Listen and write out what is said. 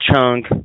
Chunk